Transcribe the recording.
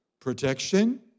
protection